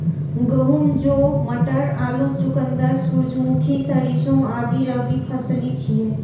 गहूम, जौ, मटर, आलू, चुकंदर, सूरजमुखी, सरिसों आदि रबी फसिल छियै